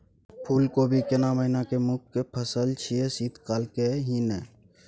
फुल कोबी केना महिना के मुखय फसल छियै शीत काल के ही न?